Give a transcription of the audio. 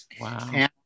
Wow